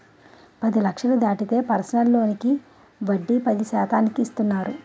పది లక్షలు దాటితే పర్సనల్ లోనుకి వడ్డీ పది శాతానికి ఇస్తున్నారు